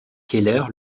keller